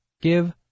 give